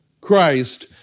Christ